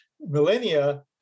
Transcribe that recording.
millennia